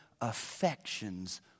affections